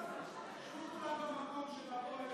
תוצאות ההצבעה: בעד,